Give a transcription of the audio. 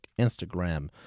instagram